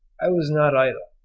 i was not idle,